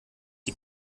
die